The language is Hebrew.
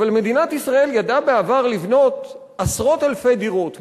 אבל מדינת ישראל ידעה בעבר לבנות עשרות אלפי דירות,